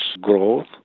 growth